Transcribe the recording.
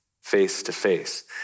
face-to-face